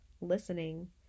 listening